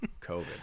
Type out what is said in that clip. covid